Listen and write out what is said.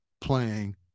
playing